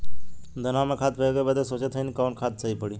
धनवा में खाद फेंके बदे सोचत हैन कवन खाद सही पड़े?